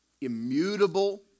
immutable